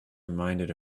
reminded